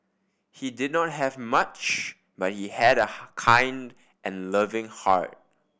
he did not have much but he had a kind and loving heart